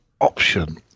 option